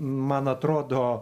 man atrodo